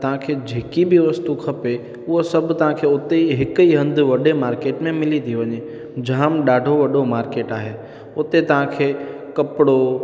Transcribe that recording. तव्हांखे जेकी बि वस्तु खपे उहा सभु तव्हांखे उते ई हिक ही हंधु वॾे मार्केट में मिली थी वञे जाम ॾाढो वॾो मार्केट आहे उते तव्हांखे कपिड़ो